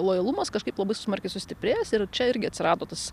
lojalumas kažkaip labai smarkiai sustiprėjęs ir čia irgi atsirado tas